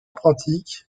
pratique